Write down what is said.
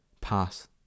pass